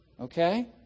okay